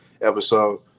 episode